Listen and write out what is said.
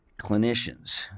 clinicians